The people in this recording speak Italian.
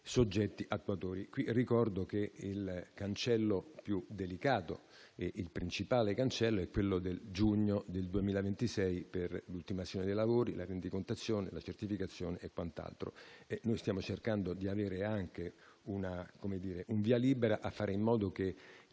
soggetti attuatori. Ricordo che il cancello più delicato nonché il principale è quello del giugno 2026 per l'ultimazione dei lavori, la rendicontazione, la certificazione e quant'altro. Stiamo cercando di avere anche un via libera a fare in modo che